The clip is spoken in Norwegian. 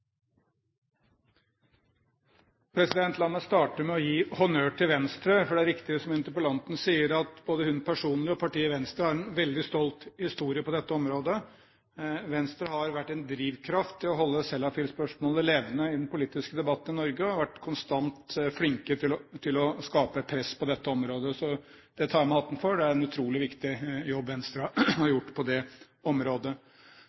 La meg starte med å gi honnør til Venstre, for det er riktig som interpellanten sier, at både hun personlig og partiet Venstre har en veldig stolt historie på dette området. Venstre har vært en drivkraft i å holde Sellafield-spørsmålet levende i den politiske debatten i Norge og har vært konstant flinke til å skape et press på dette området. Det tar jeg av meg hatten for. Det er en utrolig viktig jobb Venstre har gjort på det området.